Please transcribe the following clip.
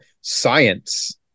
science